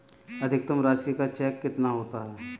अधिकतम राशि का चेक कितना होता है?